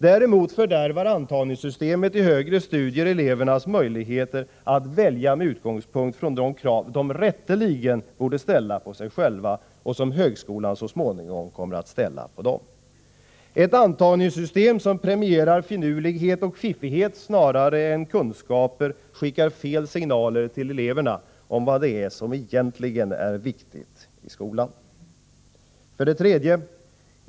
Däremot fördärvar antagningssystemet till högre studier elevernas möjligheter att välja med utgångspunkt i de krav de rätteligen borde ställa på sig själva och som högskolan så småningom kommer att ställa på dem. Ett antagningssystem som premierar finurlighet och fiffighet snarare än kunskaper skickar fel signaler till eleverna om vad det är som egentligen är viktigt i skolan. 3.